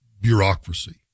Bureaucracy